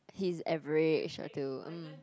his average up to mm